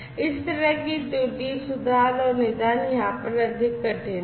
इस तरह की त्रुटि सुधार और निदान यहां पर अधिक कठिन है